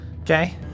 Okay